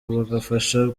bagafasha